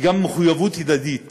וגם מחויבות הדדית